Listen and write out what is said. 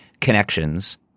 connections